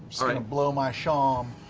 sort of blow my shawm.